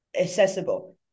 accessible